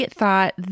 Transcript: thought